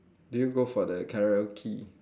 do you go for the karaoke